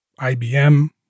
IBM